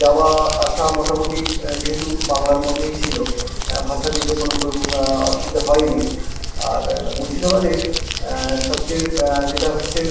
যাওয়া আসা মোটামোটি যেহেতু বাংলার মধ্যেই ছিলো ভাষা নেই তো কোনো প্রোব অসুবিধা হয় নি আর মুর্শিদাবাদের সবচেয়ে যেটা হচ্ছে